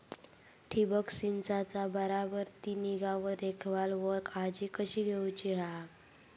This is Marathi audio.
ठिबक संचाचा बराबर ती निगा व देखभाल व काळजी कशी घेऊची हा?